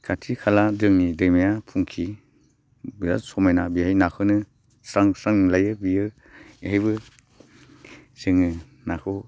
खाथि खाला जोंनि दैमाया फुंखा बेराद समायना बेहाय नाखौनो स्रां स्रां नुलायो बियो बेहायबो जोङो नाखौ